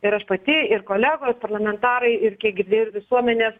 ir aš pati ir kolegos parlamentarai ir kiek dir visuomenės